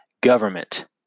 government